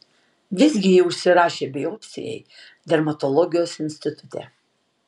visgi ji užsirašė biopsijai dermatologijos institute